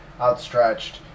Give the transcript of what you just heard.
outstretched